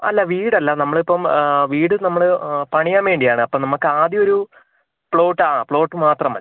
അല്ല വീട് അല്ല നമ്മളിപ്പോൾ വീട് നമ്മൾ പണിയാൻ വേണ്ടിയാണ് അപ്പോൾ നമുക്ക് ആദ്യം ഒരു പ്ലോട്ട് ആണ് പ്ലോട്ട് മാത്രം മതി